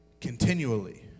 continually